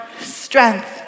strength